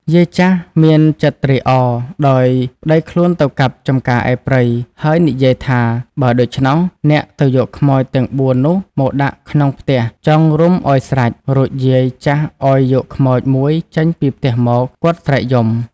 យាយចាស់ មានចិត្តត្រេកអរ ដោយប្តីខ្លួនទៅកាប់ចម្ការឯព្រៃ ហើយនិយាយថា "បើដូច្នោះ អ្នកទៅយកខ្មោចទាំង ៤ នោះមកដាក់ក្នុងផ្ទះ ចងរុំឲ្យស្រេច " រួចយាយចាស់ឲ្យយកខ្មោច ១ ចេញពីផ្ទះមក គាត់ស្រែកយំ ។